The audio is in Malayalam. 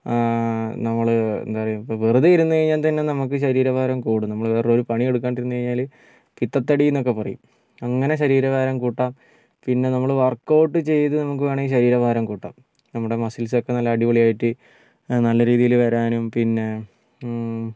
നമ്മൾ എന്താ പറയുക ഇപ്പോൾ വെറുതെ ഇരുന്നു കഴിഞ്ഞാൽ തന്നെ നമുക്ക് ശരീരഭാരം കൂടും നമ്മൾ വേറൊരു പണിയെടുക്കാണ്ടിരുന്നു കഴിഞ്ഞാൽ പിത്തത്തടിയെന്നൊക്കെ പറയും അങ്ങനെ ശരീരഭാരം കൂട്ടാം പിന്നെ നമ്മൾ വർക്ക്ഔട്ട് ചെയ്ത് നമുക്ക് വേണമെങ്കിൽ ശരീരഭാരം കൂട്ടാം നമ്മുടെ മസിൽസൊക്കെ നല്ല അടിപൊളി ആയിട്ട് നല്ലരീതിയിൽ വരാനും പിന്നെ